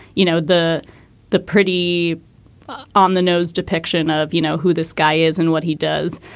you know, the the pretty on the nose depiction of, you know, who this guy is and what he does?